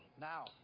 Now